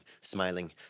smiling